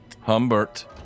Humbert